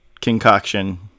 concoction